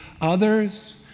others